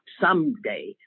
someday